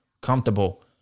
comfortable